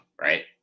right